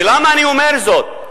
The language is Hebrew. ולמה אני אומר זאת?